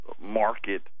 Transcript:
market